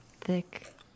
thick